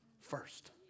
first